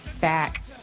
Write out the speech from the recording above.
back